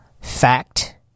fact